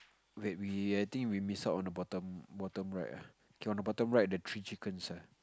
wait we I think we missed out on the bottom bottom right ah K on the bottom right the three chickens ah